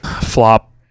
Flop